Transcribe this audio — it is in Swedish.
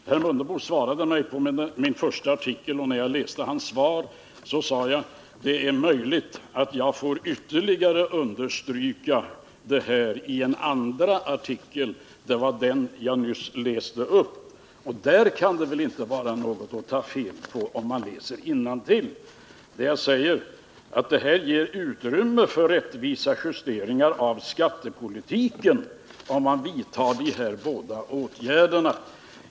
Herr Mundebo svarade mig på min första artikel, och när jag läste hans svar så sade jag mig: Det är möjligt att jag får ytterligare understryka det här i en andra artikel. — Det var ur den jag nyss läste upp en bit. Och det kan väl inte vara något att ta fel på — om man läser innantill — när jag där säger att det ger utrymme för rättvisa justeringar av skattepolitiken, om man vidtar de här båda åtgärderna.